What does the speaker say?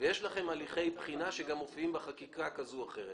ויש לכם הליכי בחינה שגם מופיעים בחקיקה כזו או אחרת.